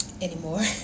anymore